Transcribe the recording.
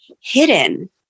hidden